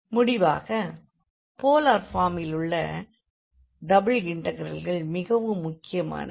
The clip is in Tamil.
முடிவாக போலார் ஃபார்மிலுள்ள டபுள் இண்டெக்ரல்கள் மிகவும் முக்கியமானவை